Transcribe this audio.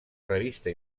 revista